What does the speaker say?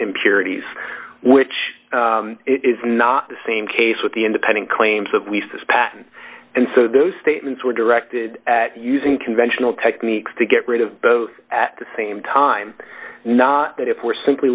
impurities which is not the same case with the independent claims of we see this pattern and so those statements were directed at using conventional techniques to get rid of both at the same time not that if we're simply